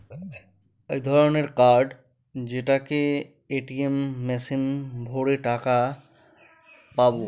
এক ধরনের কার্ড যেটাকে এ.টি.এম মেশিনে ভোরে টাকা পাবো